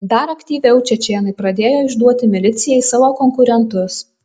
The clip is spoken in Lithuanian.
dar aktyviau čečėnai pradėjo išduoti milicijai savo konkurentus